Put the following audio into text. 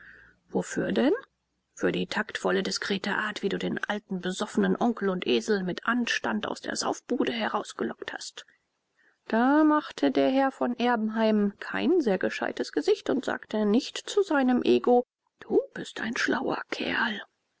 wofür denn für die taktvolle diskrete art wie du den alten besoffenen onkel und esel mit anstand aus der saufbude herausgelockt hast da machte der herr von erbenheim kein sehr gescheites gesicht und sagte nicht zu seinem ego du bist ein schlauer kerl